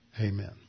Amen